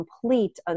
complete